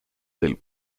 del